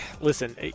listen